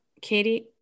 Katie